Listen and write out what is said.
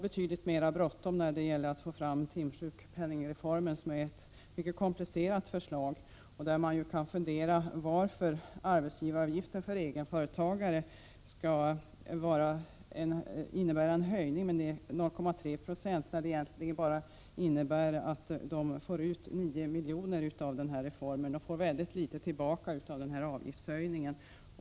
Betydligt mera bråttom var det när det gällde att få fram timsjukpenningsreformen, som är ett mycket komplicerat förslag. Man kan ju fundera över varför arbetsgivaravgiften för egenföretagare skall höjas med 0,3 96, trots att egenföretagarna får ut bara 9 milj.kr. av reformen. De får alltså tillbaka mycket litet av avgiftshöjningen.